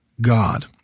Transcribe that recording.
God